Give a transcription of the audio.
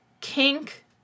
kink